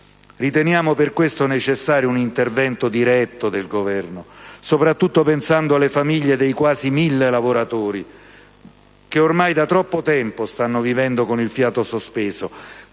Riteniamo per questo necessario l'intervento diretto del Governo, soprattutto pensando alle famiglie dei quasi mille lavoratori che ormai da troppo tempo stanno vivendo con il fiato sospeso